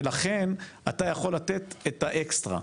ולכן, אתה יכול לתת את ה"אקסטרה".